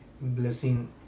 blessing